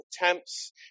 attempts